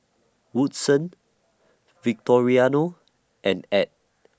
Woodson Victoriano and Add